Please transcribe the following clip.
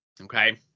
Okay